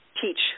teach